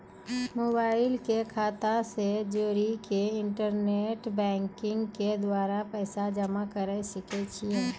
Mobile के खाता से जोड़ी के इंटरनेट बैंकिंग के द्वारा पैसा जमा करे सकय छियै?